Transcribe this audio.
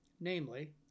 namely